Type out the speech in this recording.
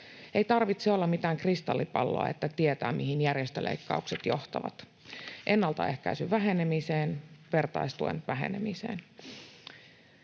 Ei tarvitse olla mitään kristallipalloa, että tietää, mihin järjestöleikkaukset johtavat: ennalta ehkäisyn vähenemiseen ja vertaistuen vähenemiseen.